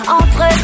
entre